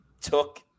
took –